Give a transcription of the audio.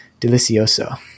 delicioso